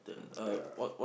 ya